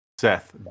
Seth